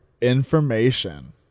information